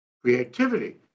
creativity